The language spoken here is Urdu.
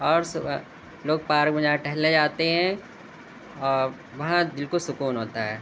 اور لوگ پارک میں جا ٹہلنے جاتے ہیں اور وہاں دل کو سکون ہوتا ہے